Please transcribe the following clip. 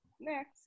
Next